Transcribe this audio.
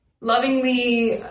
lovingly